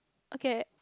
okay